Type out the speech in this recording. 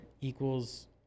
equals